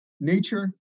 nature